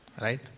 right